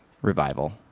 Revival